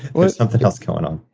there's something else going on.